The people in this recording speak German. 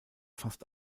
fast